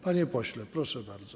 Panie pośle, proszę bardzo.